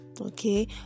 Okay